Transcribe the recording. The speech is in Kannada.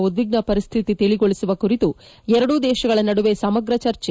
ಉದ್ವಿಗ್ತ ಪರಿಸ್ಥಿತಿ ತಿಳಿಗೊಳಿಸುವ ಕುರಿತು ಎರಡೂ ದೇಶಗಳ ನಡುವೆ ಸಮಗ್ತ ಚರ್ಚೆ